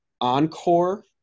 Encore